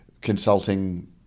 consulting